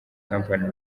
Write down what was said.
company